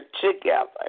together